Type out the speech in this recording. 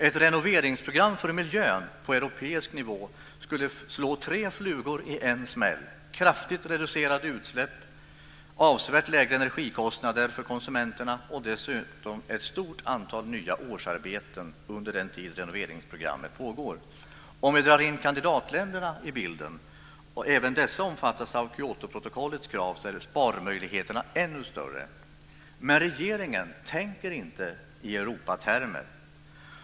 Ett "renoveringsprogram" för miljön på europeisk nivå skulle slå tre flugor i en smäll: kraftigt reducerade utsläpp, avsevärt lägre energikostnader för konsumenterna och dessutom ett stort antal nya årsarbeten under den tid renoveringsprogrammet pågår. Om vi drar in kandidatländerna i bilden och även dessa omfattas av Kyotoprotokollets krav är sparmöjligheterna ännu större. Men regeringen tänker inte i Europatermer.